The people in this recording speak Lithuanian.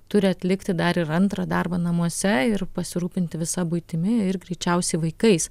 turi atlikti dar ir antrą darbą namuose ir pasirūpinti visa buitimi ir greičiausiai vaikais